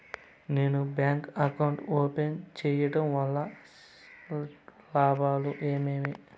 నేను bank account open సేయడం వల్ల లాభాలు ఏమేమి?